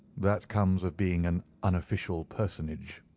that comes of being an unofficial personage.